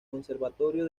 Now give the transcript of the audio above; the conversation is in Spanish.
conservatorio